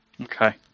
Okay